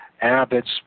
Abbots